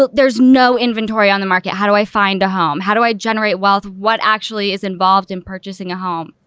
there's no inventory on the market. how do i find a home? how do i generate wealth? what actually is involved in purchasing a home?